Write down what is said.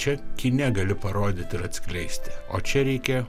čia kine gali parodyti ir atskleisti o čia reikia